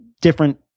different